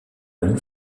long